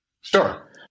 Sure